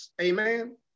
Amen